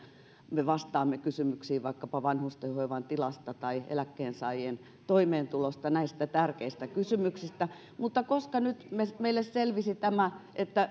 me vastaamme kysymyksiin vaikkapa vanhustenhoivan tilasta tai eläkkeensaajien toimeentulosta näistä tärkeistä kysymyksistä mutta koska nyt meille selvisi että